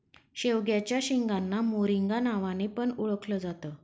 शेवग्याच्या शेंगांना मोरिंगा नावाने पण ओळखल जात